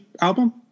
album